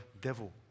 devil